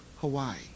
Hawaii